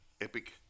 epic